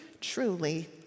truly